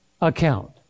account